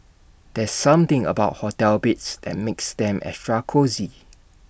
there's something about hotel beds that makes them extra cosy